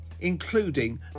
including